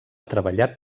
treballat